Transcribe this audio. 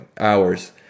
hours